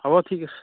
হ'ব ঠিক আছে